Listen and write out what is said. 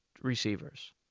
receivers